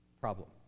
problem